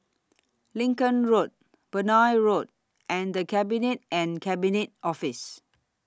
Lincoln Road Benoi Road and The Cabinet and Cabinet Office